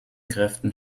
kräften